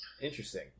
Interesting